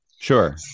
sure